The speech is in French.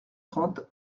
trente